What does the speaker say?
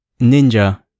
Ninja